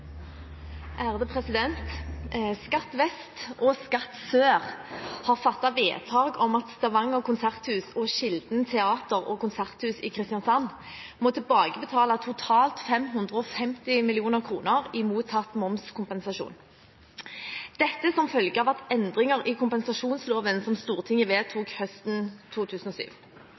vest og Skatt sør har fattet vedtak om at Stavanger konserthus og Kilden Teater- og Konserthus i Kristiansand må tilbakebetale totalt 550 mill. kr i mottatt momskompensasjon, dette som følge av endringer i kompensasjonsloven som Stortinget vedtok høsten 2007.